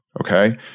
okay